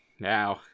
Now